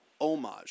homage